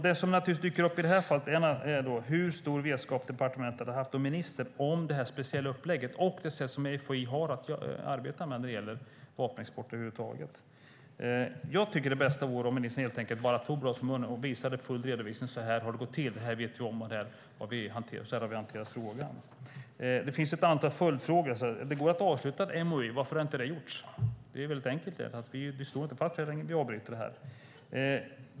Det som naturligtvis dyker upp i det här sammanhanget är: Hur stor vetskap har departementet och ministern haft om det här speciella upplägget och om det sätt som FOI arbetar på när det gäller vapenexport över huvud taget? Jag tycker att det bästa vore om ministern tog bladet från munnen och redovisade hur det har gått till, vad man har vetat om och hur man hanterat frågan. Det finns ett antal följdfrågor. Det går att avsluta ett MoU. Varför har inte det gjorts? Det är mycket enkelt. Det är bara att säga: Vi står inte fast vid detta. Vi avbryter det.